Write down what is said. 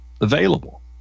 available